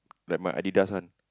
like my Adidas one